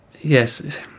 yes